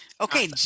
Okay